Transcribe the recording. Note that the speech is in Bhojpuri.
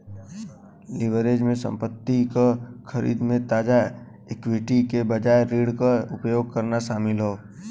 लीवरेज में संपत्ति क खरीद में ताजा इक्विटी के बजाय ऋण क उपयोग करना शामिल हौ